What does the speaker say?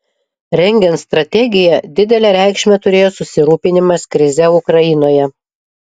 rengiant strategiją didelę reikšmę turėjo susirūpinimas krize ukrainoje